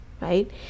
right